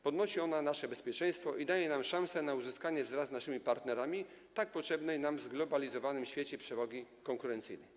Podnosi ona nasze bezpieczeństwo i daje nam szansę na uzyskanie wraz z naszymi partnerami tak potrzebnej nam w zglobalizowanym świecie przewagi konkurencyjnej.